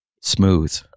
smooth